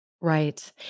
Right